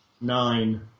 Nine